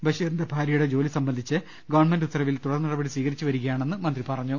ബഷീറിന്റെ ഭാര്യയുടെ ജോലി സംബന്ധിച്ച് ഗവൺമെന്റ് ഉത്തരവിൽ തുടർ നടപടി സ്ഥീകരിച്ചുവരികയാ ണെന്ന് മന്ത്രി പറഞ്ഞു